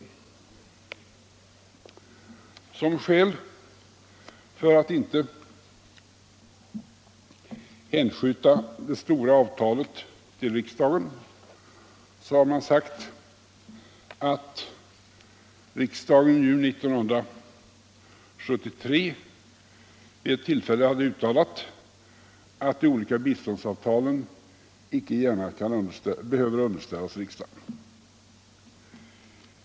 Som skäl för att inte hänskjuta det stora avtalet till riksdagen har man angett att riksdagen år 1973 vid ett tillfälle hade uttalat att de olika biståndsavtalen icke behövde underställas riksdagen.